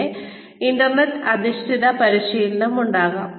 പിന്നെ ഇന്റർനെറ്റ് അധിഷ്ഠിത പരിശീലനം ഉണ്ടാകാം